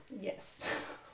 Yes